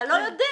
אתה לא יודע.